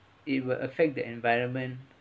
it will affect the environment